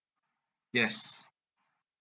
yes